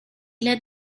led